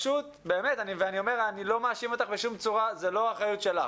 אני לא מאשים אותך בשום צורה, זאת לא האחריות שלך